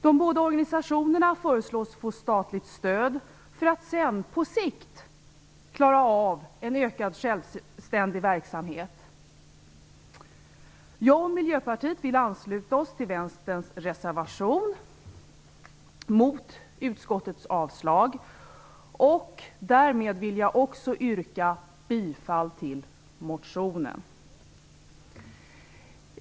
De båda organisationerna föreslås få statligt stöd för att på sikt klara av en ökad självständig verksamhet. Vi i Miljöpartiet vill ansluta oss till Vänsterns reservation mot utskottets avslag. Därmed vill jag också yrka bifall till reservationen.